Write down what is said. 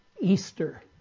Easter